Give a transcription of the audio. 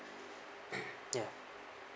ya